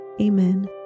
Amen